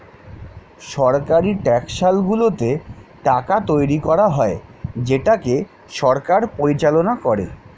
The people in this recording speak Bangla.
সরকারি টাকশালগুলোতে টাকা তৈরী করা হয় যেটাকে সরকার পরিচালনা করে